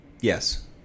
Yes